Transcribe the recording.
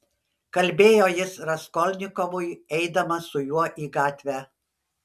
kalbėjo jis raskolnikovui eidamas su juo į gatvę